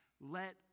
let